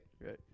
Right